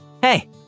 Hey